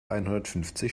einhundertfünfzig